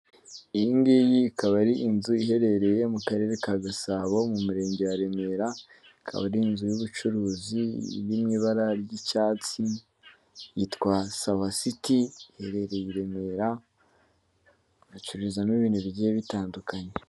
Iyi ngiyi ikaba ari inzu iherereye mu karere ka gasabo mu murenge wa remera, ikaba ari inzu y'ubucuruzi iri mu ibara ry'icyatsi yitwa sawasiti iherereye i remera, bacururizamo ibintu bigiye bitandukanye.